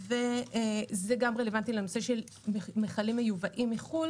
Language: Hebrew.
זה גם רלוונטי לנושא של מכלים מיובאים מחו"ל